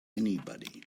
anybody